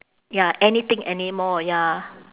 ya anything anymore ya